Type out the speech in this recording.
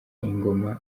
ingoma